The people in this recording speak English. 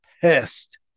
pissed